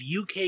UK